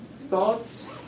Thoughts